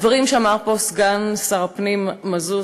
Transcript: הדברים שאמר פה סגן שר הפנים מזוז,